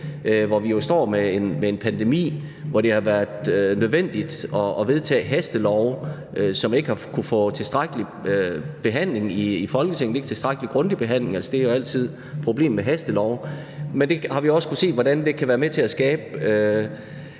hvor vi står med en pandemi, hvor det har været nødvendigt at vedtage hastelove, som ikke har kunnet få tilstrækkelig grundig behandling i Folketinget – det er jo altid problemet med hastelove. Men vi har også kunnet se, hvordan det kan være med til at skabe